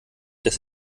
des